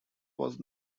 was